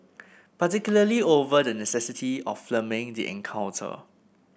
particularly over the necessity of filming the encounter